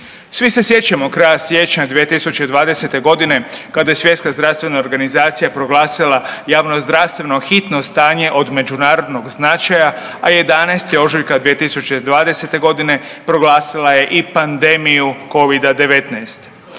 Svi se sjećamo kraja siječnja 2020. godine kada je Svjetska zdravstvena organizacija proglasila javnozdravstveno hitno stanje od međunarodnog značaja, a 11. ožujka 2020. godine proglasila je i pandemiju Covida-19.